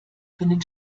können